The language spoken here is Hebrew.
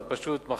זה פשוט מחריד.